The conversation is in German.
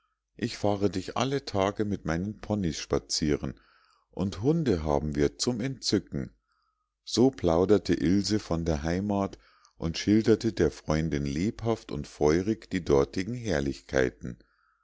ich fahre dich alle tage mit meinen ponies spazieren und hunde haben wir zum entzücken so plauderte ilse von der heimat und schilderte der freundin lebhaft und feurig die dortigen herrlichkeiten